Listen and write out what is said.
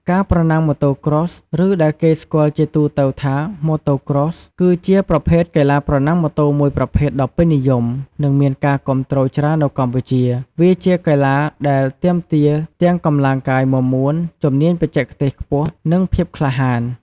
ការប្រណាំងម៉ូតូ Cross ឬដែលគេស្គាល់ជាទូទៅថា Motocross គឺជាប្រភេទកីឡាប្រណាំងម៉ូតូមួយប្រភេទដ៏ពេញនិយម និងមានការគាំទ្រច្រើននៅកម្ពុជា។ វាជាកីឡាដែលទាមទារទាំងកម្លាំងកាយមាំមួន ជំនាញបច្ចេកទេសខ្ពស់ និងភាពក្លាហាន។